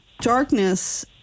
darkness